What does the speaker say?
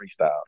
freestyle